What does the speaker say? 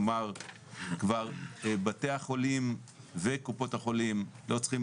כלומר בתי החולים וקופות החולים לא צריכים